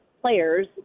players